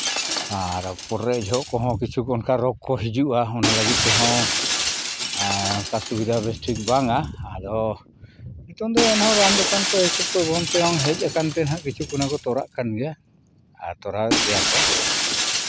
ᱟᱨ ᱯᱚᱨᱮᱜ ᱡᱚᱦᱚᱜ ᱠᱚᱦᱚᱸ ᱠᱤᱪᱷᱩ ᱚᱱᱠᱟ ᱨᱳᱜᱽ ᱠᱚ ᱦᱤᱡᱩᱜᱼᱟ ᱚᱱᱟ ᱞᱟᱹᱜᱤᱫ ᱛᱮᱦᱚᱸ ᱚᱱᱠᱟ ᱥᱩᱵᱤᱫᱷᱟ ᱵᱮᱥ ᱴᱷᱤᱠ ᱵᱟᱝᱟ ᱟᱫᱚ ᱱᱤᱛᱚᱝ ᱫᱚ ᱮᱱᱦᱚᱸ ᱨᱟᱱ ᱫᱚᱠᱟᱱ ᱠᱚ ᱦᱤᱥᱟᱹᱵᱽ ᱛᱮ ᱦᱮᱡ ᱟᱠᱟᱱ ᱛᱮᱦᱟᱸᱜ ᱠᱤᱪᱷᱩ ᱚᱱᱟ ᱠᱚ ᱛᱚᱨᱟᱜ ᱠᱟᱱ ᱜᱮᱭᱟ ᱟᱨ ᱛᱚᱨᱟᱣᱮᱫ ᱜᱮᱭᱟ ᱠᱚ